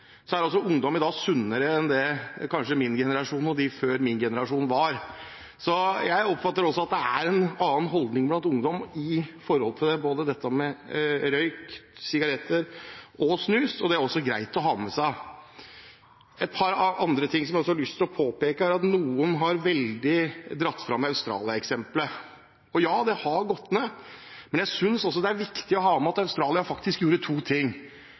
er ungdommen i dag sunnere enn det kanskje min generasjon er, og dem før min generasjon var. Jeg oppfatter at det er en annen holdning blant ungdom når det gjelder dette med røyk, sigaretter og snus, og det er også greit å ha med seg. Det er et par andre ting jeg også har lyst til å påpeke. Noen har i veldig stor grad dratt fram Australia-eksemplet. Ja, det har gått ned. Men jeg synes også det er viktig å ha med seg at Australia faktisk gjorde to ting.